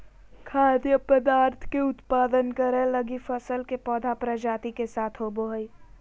खाद्य पदार्थ के उत्पादन करैय लगी फसल के पौधा प्रजाति के साथ होबो हइ